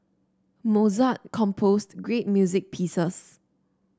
Mozart composed great music pieces